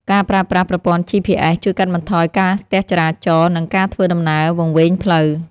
ការប្រើប្រាស់ប្រព័ន្ធ GPS ជួយកាត់បន្ថយការស្ទះចរាចរណ៍ និងការធ្វើដំណើរវង្វេងផ្លូវ។